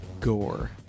Gore